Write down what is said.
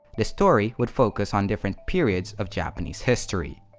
the story would focus on different periods of japanese history.